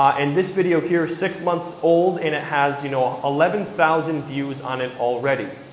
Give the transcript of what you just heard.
and this video here is six months old, and it has you know eleven thousand views on it already.